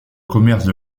commerce